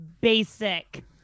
basic